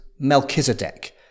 melchizedek